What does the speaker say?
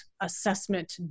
assessment